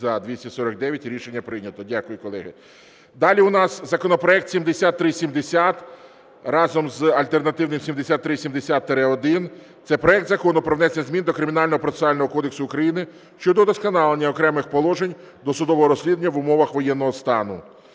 За-249 Рішення прийнято. Дякую, колеги. Далі у нас законопроект 7370 разом з альтернативним 7370-1. Це проект Закону про внесення змін до Кримінального процесуального кодексу України щодо удосконалення окремих положень досудового розслідування в умовах воєнного стану.